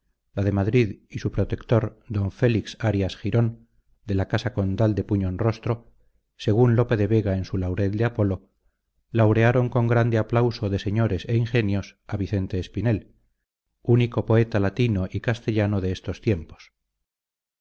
la de madrid y su protector d félix arias girón de la casa condal de puñonrostro según lope de vega en su laurel de apolo laurearon con grande aplauso de señores e ingenios a vicente espinel único poeta latino y castellano de estos tiempos